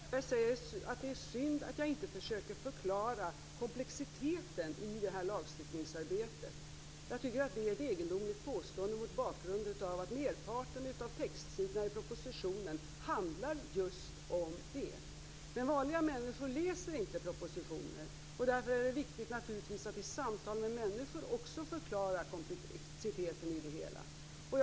Herr talman! Bo Könberg säger att det är synd att jag inte försöker förklara komplexiteten i detta lagstiftningsarbete. Jag tycker att det är ett egendomligt påstående mot bakgrund av att merparten av textsidorna i propositionen handlar just om det. Men vanliga människor läser inte propositioner. Därför är det viktigt att i samtal med människor också förklara komplexiteten i det hela.